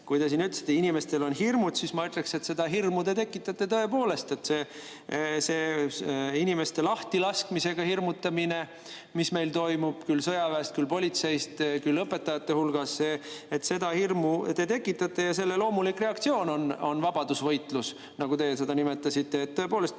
Enne te siin ütlesite, et inimestel on hirmud. Ma ütleksin, et hirmu te tekitate tõepoolest. See inimeste lahtilaskmisega hirmutamine, mis meil toimub küll sõjaväes, küll politseis, küll õpetajate hulgas – seda hirmu te tekitate ja selle loomulik reaktsioon on vabadusvõitlus, nagu te seda nimetasite. Tõepoolest,